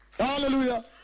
Hallelujah